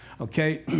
Okay